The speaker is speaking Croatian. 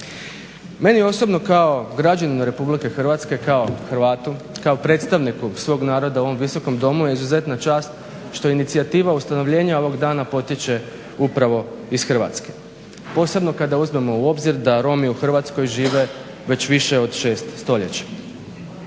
Meni osobno kao građaninu Republike Hrvatske, kao Hrvatu kao predstavniku svog naroda u ovom visokom domu je izuzetna čast što inicijativa ustanovljenja ovog dana potječe upravo iz Hrvatske, posebno kada uzmemo u obzir da Romi u Hrvatskoj žive već više od 6 stoljeća.